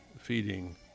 feeding